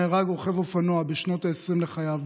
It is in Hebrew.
נהרג רוכב אופנוע בשנות ה-20 לחייו,